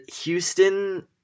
Houston